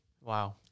Wow